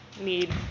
need